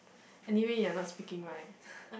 anyway you are not speaking right